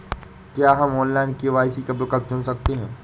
क्या हम online KYC का विकल्प चुन सकते हैं?